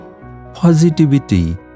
positivity